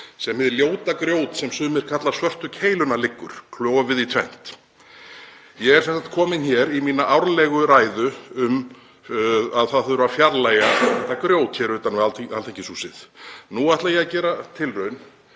sem hið ljóta grjót sem sumir kalla Svörtu keiluna liggur klofið í tvennt. Ég er sem sagt kominn hér í mína árlegu ræðu um að það þurfi að fjarlægja þetta grjót hér utan við Alþingishúsið. Nú ætla ég að gera tilraun